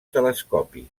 telescopis